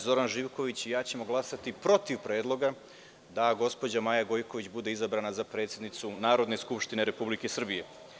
Zoran Živković i ja ćemo glasati protiv predloga da gospođa Maja Gojković bude izabrana za predsednicu Narodne skupštine Republike Srbije.